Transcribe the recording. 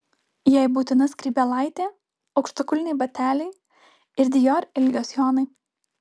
jai būtina skrybėlaitė aukštakulniai bateliai ir dior ilgio sijonai